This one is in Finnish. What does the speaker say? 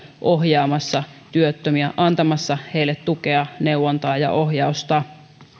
ohjaamassa työttömiä antamassa heille tukea neuvontaa ja ohjausta